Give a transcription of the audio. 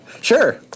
Sure